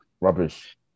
Rubbish